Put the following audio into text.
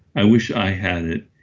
i wish i had it.